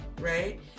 right